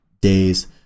days